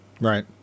Right